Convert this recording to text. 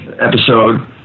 episode